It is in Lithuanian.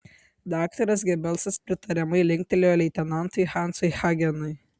daktaras gebelsas pritariamai linktelėjo leitenantui hansui hagenui